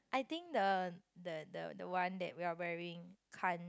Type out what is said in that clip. I think the the the the one that we are wearing can't